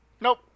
Nope